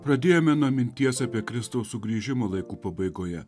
pradėjome nuo minties apie kristaus sugrįžimą laikų pabaigoje